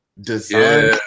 design